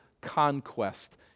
conquest